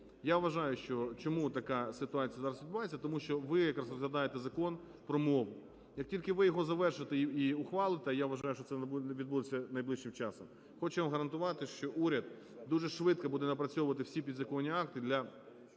я вважаю, що чому така ситуація зараз відбувається – тому що ви якраз розглядаєте Закон про мову. Як тільки ви його завершите і ухвалите, а я вважаю, що це відбудеться найближчим часом, хочу вам гарантувати, що уряд дуже швидко буде напрацьовувати всі підзаконні акти для